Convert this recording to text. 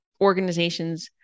organizations